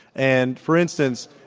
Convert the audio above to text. and for instance,